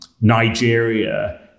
Nigeria